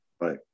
Right